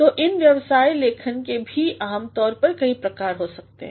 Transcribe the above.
तो इन व्यवसाय लेखन के भी आमतौर पर कई प्रकार हो सकते हैं